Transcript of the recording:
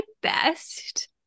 best